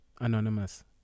Anonymous